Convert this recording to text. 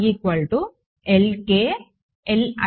కాబట్టి ఈ